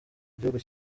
igihugu